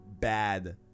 bad